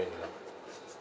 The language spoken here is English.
lah